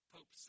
Pope